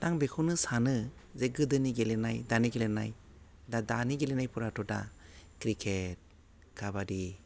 आं बेखौनो सानो जे गोदोनि गेलेनाय दानि गेलेनाय दा दानि गेलेनायफोराथ' दा क्रिकेट काबादि